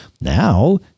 Now